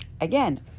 Again